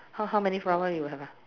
how how many flower you have ah